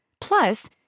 Plus